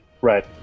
right